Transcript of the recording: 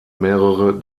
mehrere